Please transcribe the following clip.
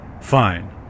Fine